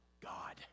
God